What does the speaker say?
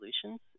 solutions